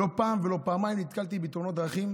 לא פעם ולא פעמיים נתקלתי בתאונות דרכים.